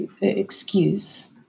excuse